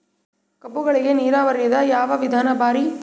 ಕಬ್ಬುಗಳಿಗಿ ನೀರಾವರಿದ ಯಾವ ವಿಧಾನ ಭಾರಿ?